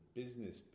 business